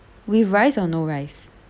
with rice or no rice